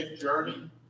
journey